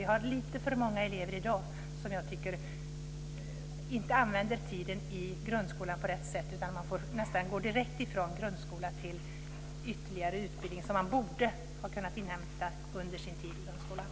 Det är lite för många elever i dag som inte använder tiden i grundskolan på rätt sätt, utan de får nästan gå direkt från grundskola till ytterligare utbildning som de borde ha kunnat inhämta under sin tid i grundskolan.